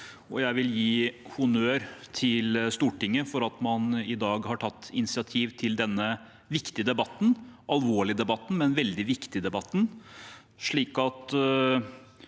jeg vil gi honnør til Stortinget for at man i dag har tatt initiativ til denne viktige debatten – den alvorlige, men veldig viktige debatten – slik at